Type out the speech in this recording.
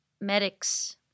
medics